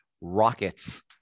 Rockets